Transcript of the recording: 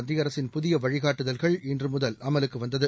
மத்திய அரசின் புதிய வழிகாட்டுதல்கள் இன்று முதல் அமலுக்கு வந்தது